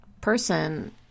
person